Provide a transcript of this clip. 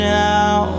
now